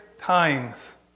times